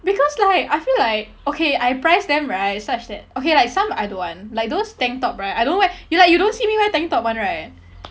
because like I feel like okay I price them right such that okay like some I don't want like those tank top right I don't wear like you don't see me wear tank top [one] right